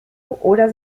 oder